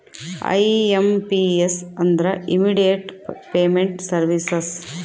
IMPS ಅಂದ್ರ immediate payment services